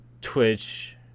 Twitch